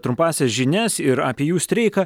trumpąsias žinias ir apie jų streiką